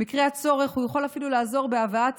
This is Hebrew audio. במקרה הצורך הוא יכול אפילו לעזור בהבאת